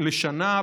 לשנה.